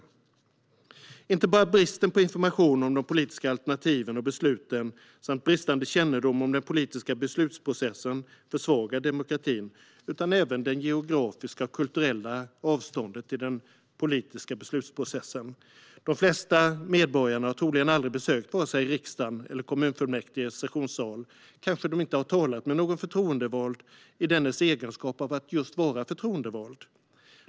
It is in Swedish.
Inte bara bristen på information om de politiska alternativen och besluten samt bristande kännedom om den politiska beslutsprocessen försvagar demokratin utan även det geografiska och kulturella avståndet till den politiska beslutsprocessen. De flesta medborgare har troligen aldrig besökt oss här i riksdagen eller kommunfullmäktiges sessionssal. Kanske har de inte talat med någon förtroendevald i dennes egenskap av just förtroendevald.